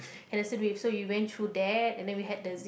Henderson-Waves so we went through that and then we had the zig